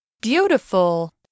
beautiful